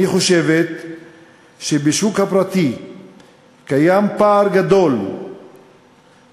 אני חושבת שבשוק הפרטי קיים פער גדול בשכר